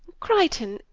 crichton,